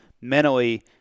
mentally